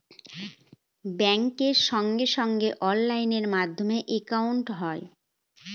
ব্যাঙ্কের সঙ্গে সঙ্গে অনলাইন মাধ্যমে একাউন্ট হয়